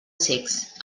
cecs